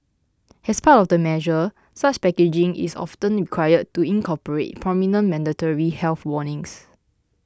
as part of the measure such packaging is often required to incorporate prominent mandatory health warnings